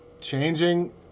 changing